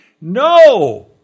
No